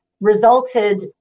resulted